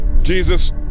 Jesus